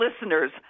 listeners